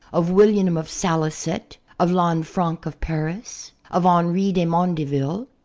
of william of salicet, of lanfranc of paris, of henri de mondeville,